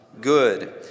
good